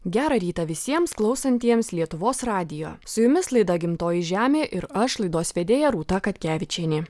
gerą rytą visiems klausantiems lietuvos radijo su jumis laida gimtoji žemė ir aš laidos vedėja rūta katkevičienė